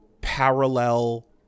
parallel